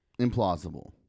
Implausible